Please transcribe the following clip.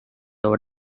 over